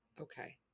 Okay